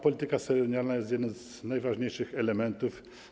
Polityka senioralna jest jednym z jej najważniejszych elementów.